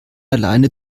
alleine